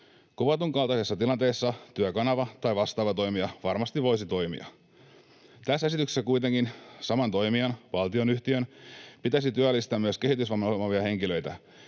Kuvatun kaltaisessa tilanteessa Työkanava tai vastaava toimija varmasti voisi toimia. Tässä esityksessä kuitenkin saman toimijan, valtionyhtiön, pitäisi työllistää myös kehitysvamman omaavia henkilöitä.